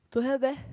don't have meh